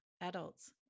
adults